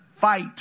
fight